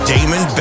Damon